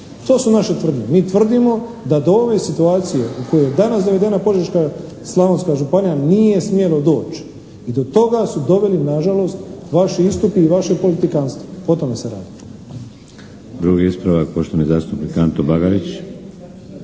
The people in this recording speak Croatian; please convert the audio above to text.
To su naše tvrdnje. Mi tvrdimo da do ove situacije u koju je danas dovedena Požeško-slavonska županija nije smjelo doći i do toga su doveli na žalost vaši istupi i vaše politikantstvo. O tome se radi.